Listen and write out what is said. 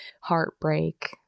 heartbreak